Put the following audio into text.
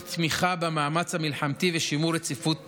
תמיכה במאמץ המלחמתי ושימור רציפות תפקודית.